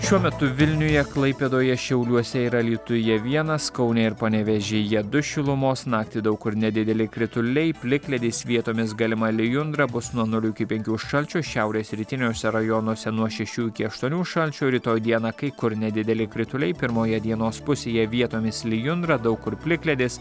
šiuo metu vilniuje klaipėdoje šiauliuose ir alytuje vienas kaune ir panevėžyje du šilumos naktį daug kur nedideli krituliai plikledis vietomis galima lijundra bus nuo nulio iki penkių šalčio šiaurės rytiniuose rajonuose nuo šešių iki aštuonių šalčio rytoj dieną kai kur nedideli krituliai pirmoje dienos pusėje vietomis lijundra daug kur plikledis